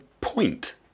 point